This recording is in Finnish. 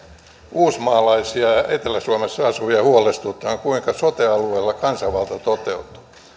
uusmaalaisia ja etelä suomessa asuvia huolestuttaa on kuinka sote alueilla kansanvalta toteutuu